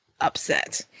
upset